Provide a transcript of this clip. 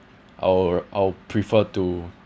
I will I'll prefer to